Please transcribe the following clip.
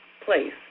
place